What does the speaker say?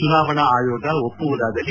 ಚುನಾವಣಾ ಆಯೋಗ ಒಪ್ಪುವುದಾದಲ್ಲಿ